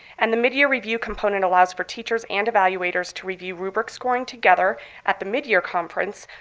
and the mid-year review component allows for teachers and evaluators to review rubric scoring together at the midyear conference,